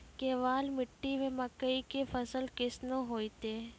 केवाल मिट्टी मे मकई के फ़सल कैसनौ होईतै?